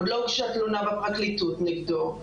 עוד לא הוגשה תלונה בפרקליטות נגדו,